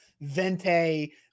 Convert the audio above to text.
Vente